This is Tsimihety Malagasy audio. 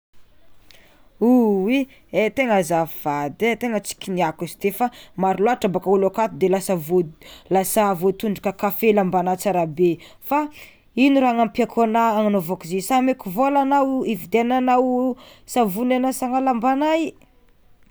Oh oy e tegna azafady e tegna tsy kiniako izy teo fa maro loatra baka olo akato de lasa vo- lasa voatondraka kafe lambanao tsarabe fa ino raha hanampiàko ana hagnanaovako zio saz ameko vôla anao hividiananao savony hanasana lambana i?